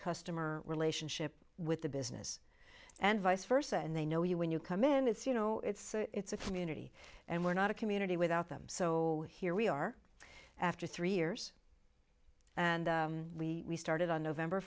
customer relationship with the business and vice versa and they know you when you come in it's you know it's a community and we're not a community without them so here we are after three years and we started on november